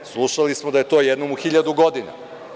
Slušali smo da je to jednom u 1000 godina.